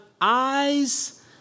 eyes